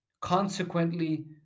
consequently